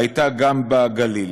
הייתה גם בגליל.